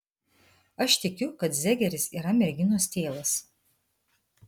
aš tikiu kad zegeris yra merginos tėvas